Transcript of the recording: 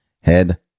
Head